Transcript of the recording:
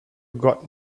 got